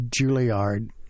Juilliard